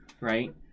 right